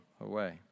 away